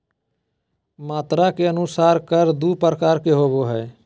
मात्रा के अनुसार कर दू प्रकार के होबो हइ